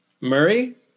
Murray